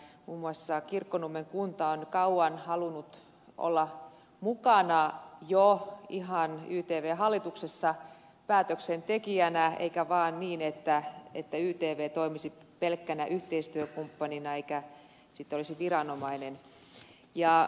muun muassa kirkkonummen kunta on kauan halunnut olla mukana jo ihan ytvn hallituksessa päätöksentekijänä eikä vaan niin että ytv toimisi pelkkänä yhteistyökumppanina eikä sitten olisi viranomainen